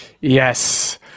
Yes